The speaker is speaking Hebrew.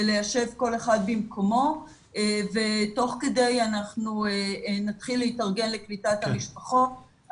בליישב כל אחד במקומו ותוך כדי אנחנו נתחיל להתארגן לקליטת המשפחות.